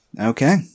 Okay